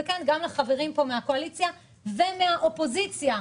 וגם לחברים מהקואליציה ומהאופוזיציה.